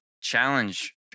challenge